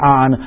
on